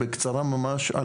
בקצרה ממש,